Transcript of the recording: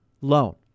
loan